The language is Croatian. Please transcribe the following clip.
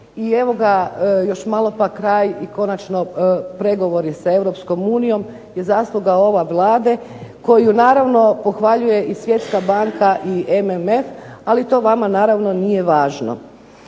i evo još malo i konačno pregovori sa Europskom unijom je zasluga ove Vlade koju naravno pohvaljuje i Svjetska banka i MMF, ali to vama naravno nije važno.